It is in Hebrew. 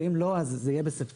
ואם לא זה יהיה בספטמבר,